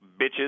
bitches